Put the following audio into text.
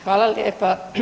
Hvala lijepa.